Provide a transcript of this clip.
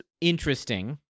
interesting